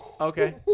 Okay